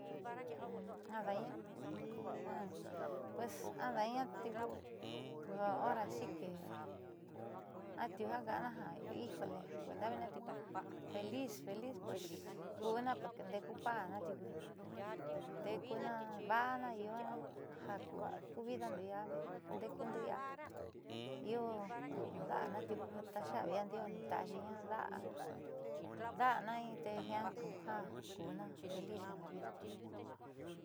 Ada'aña pues ada'aña tiuku hora si que atiuu ja ka'ana ja ijole kuenda meenna tiuku feliz, feliz pues kuuna porque ndeeku pa'ana tiuku ndeekuna vaána ñu'ua jaku ku vidaando ia nde'ekundo ia io u'un da'ana tiuku ko teexa'avindo yaandioó nita'axina da'ana in tee jiaa kuju ku'una feliz en la vida.